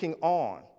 on